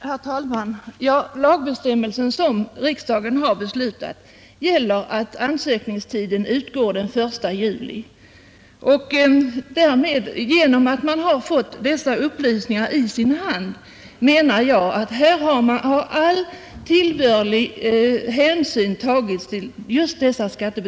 Herr talman! I de lagbestämmelser som riksdagen fattat beslut om stadgas att ansökningstiden utgår den 1 juli. Jag menar, att genom att skattebetalaren har fått dessa upplysningar i sin hand har all tillbörlig hänsyn tagits till vederbörande.